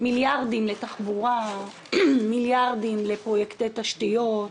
מיליארדים לתחבורה, מיליארדים לפרויקטי תשתיות,